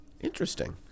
Interesting